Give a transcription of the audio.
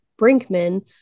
Brinkman